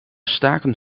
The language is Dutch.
staken